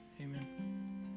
Amen